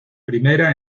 primera